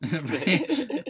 Right